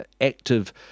active